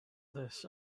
this